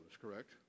correct